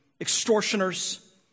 extortioners